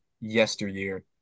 yesteryear